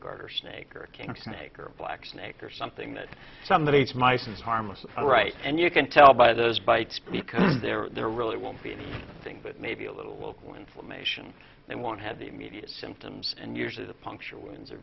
garter snake or a king snake or black snake or something that somebody is mice is harmless right and you can tell by those bites because they're there really won't be any thing but maybe a little local inflammation they won't have the immediate symptoms and yours is a puncture wounds